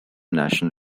national